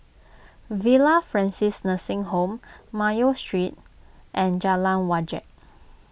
Villa Francis Nursing Home Mayo Street and Jalan Wajek